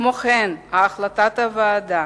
כמו כן, החליטה הוועדה